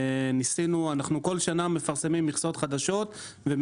אנחנו כל שנה מפרסמים מכסות חדשות שמתוכן